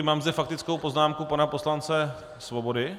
Mám zde faktickou poznámku pana poslance Svobody.